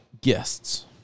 guests